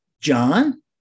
John